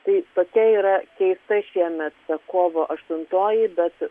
tai tokia yra keista šiemet kovo aštuntoji bet